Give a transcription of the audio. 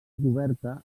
coberta